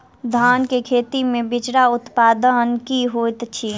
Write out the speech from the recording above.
धान केँ खेती मे बिचरा उत्पादन की होइत छी?